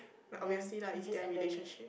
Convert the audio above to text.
then you just ended it